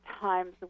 times